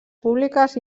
públiques